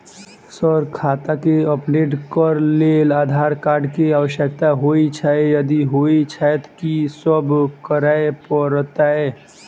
Sir खाता केँ update करऽ लेल आधार कार्ड केँ आवश्यकता होइ छैय यदि होइ छैथ की सब करैपरतैय?